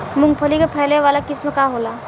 मूँगफली के फैले वाला किस्म का होला?